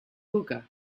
hookah